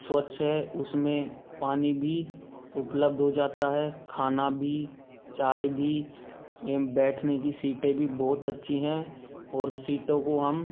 स्वच्छ है उसमें पानी भी उपलब्ध हो जाता है खाना भी चाय भी एवं बैठने की सीटें भी बहुत अच्छी हैं और सीटों को हम